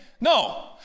No